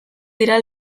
dira